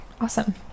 Awesome